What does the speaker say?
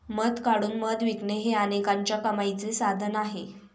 मध काढून मध विकणे हे अनेकांच्या कमाईचे साधन आहे